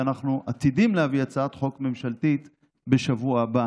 ואנחנו עתידים להביא הצעת חוק ממשלתית בשבוע הבא,